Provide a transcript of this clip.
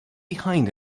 behind